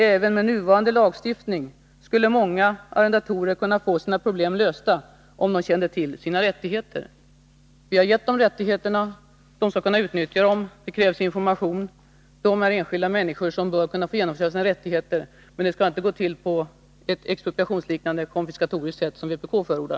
”Även med nuvarande lagstiftning skulle många arrendatorer kunna få sina problem lösta om de kände till sina rättigheter. Vi har gett dem rättigheterna, men skall de kunna utnyttja dem krävs information.” De är enskilda människor som bör kunna få genomföra sina rättigheter, men det skall inte gå till på ett expropriationsliknande, konfiskatoriskt sätt, som vpk förordar.